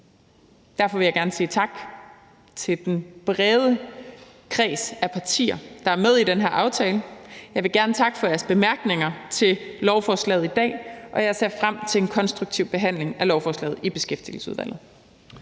derfor vil jeg gerne sige tak til den brede kreds af partier, der er med i den her aftale. Jeg vil gerne takke for jeres bemærkninger til lovforslaget i dag, og jeg ser frem til en konstruktiv behandling af lovforslaget i Beskæftigelsesudvalget.